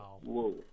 Whoa